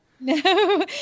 No